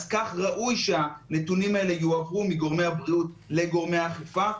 אז כך ראוי שהנתונים האלה יועברו מגורמי הבריאות לגורמי האכיפה,